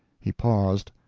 he paused.